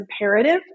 imperative